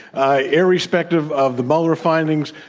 ah irrespective of the mueller findings,